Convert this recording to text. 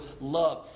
love